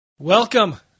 Welcome